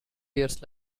years